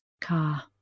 car